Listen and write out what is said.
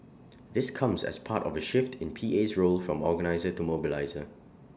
this comes as part of A shift in P A's role from organiser to mobiliser